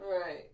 Right